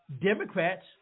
Democrats